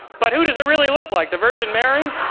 but who does it really look like? the virgin mary?